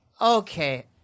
okay